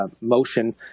motion